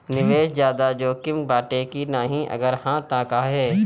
निवेस ज्यादा जोकिम बाटे कि नाहीं अगर हा तह काहे?